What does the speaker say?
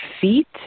feet